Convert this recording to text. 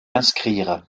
inscrire